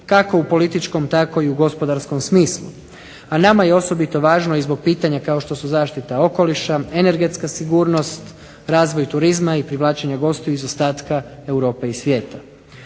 kako u političkom tako i u gospodarskom smislu. A nama je osobito važno zbog pitanja kao što su zaštita okoliša, energetska sigurnost, razvoj turizma i privlačenje gostiju iz ostatka Europe i svijeta.